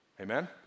Amen